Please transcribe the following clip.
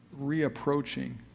reapproaching